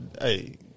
Hey